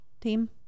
team